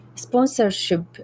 sponsorship